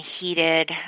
heated